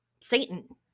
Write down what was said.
Satan